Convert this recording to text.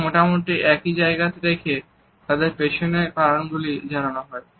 কিন্তু মোটামুটি একই জায়গা রেখে তাদের পেছনের কারণ গুলি জানানো হয়